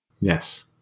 Yes